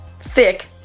thick